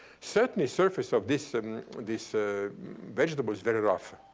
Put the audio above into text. certainly, surface of this and this ah vegetable is very rough.